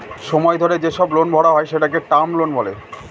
সময় ধরে যেসব লোন ভরা হয় সেটাকে টার্ম লোন বলে